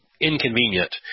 inconvenient